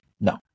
No